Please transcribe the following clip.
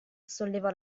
sollevò